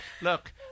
Look